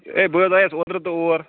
ہیے بہٕ حظ آیاس اوترٕ تہِ اور